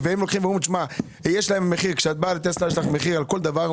יש לך מחיר על כל דבר,